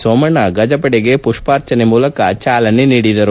ಸೋಮಣ್ಣ ಗಜಪಡೆಗೆ ಮುಷ್ಪಾರ್ಚನೆ ಮೂಲಕ ಚಾಲನೆ ನೀಡಿದರು